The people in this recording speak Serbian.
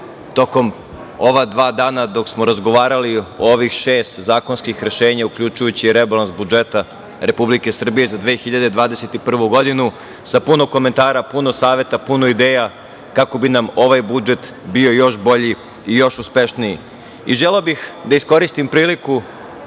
tokom ova dva dana dok smo razgovarali o ovih šest zakonskih rešenja, uključujući i rebalans budžeta Republike Srbije za 2021. godinu, sa puno komentara, puno saveta, puno ideja, kako bi nam ovaj budžet bio još bolji i još uspešniji. Želeo bih da iskoristim priliku